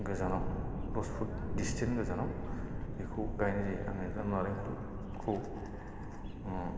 गोजानाव दस foot distance गोजानाव बेखौ गायनाय जायो आङो दा नारेंखलखौ ओं